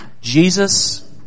Jesus